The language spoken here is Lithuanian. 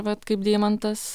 vat kaip deimantas